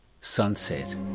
Sunset